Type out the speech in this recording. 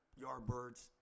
Yardbirds